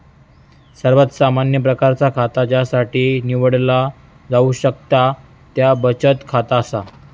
सर्वात सामान्य प्रकारचा खाता ज्यासाठी निवडला जाऊ शकता त्या बचत खाता असा